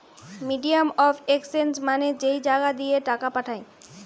medium of exchange মানে যেই জাগা দিয়ে টাকা পাঠায়